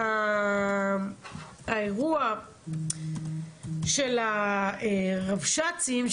האירוע של הרבש"צים,